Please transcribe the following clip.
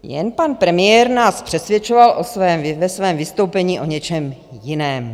Jen pan premiér nás přesvědčoval ve svém vystoupení o něčem jiném.